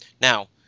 Now